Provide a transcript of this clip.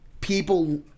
People